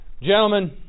Gentlemen